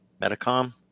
Metacom